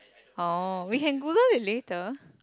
oh we can Google it later